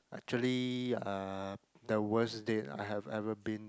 actually uh the worst date that I have ever been